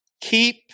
Keep